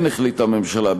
כן החליטה הממשלה,